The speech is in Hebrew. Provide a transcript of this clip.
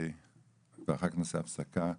עשינו אותו בהצלחה גדולה,